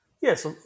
Yes